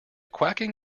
quacking